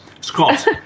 Scott